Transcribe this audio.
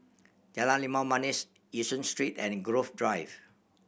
Jalan Limau Manis Yishun Street and Grove Drive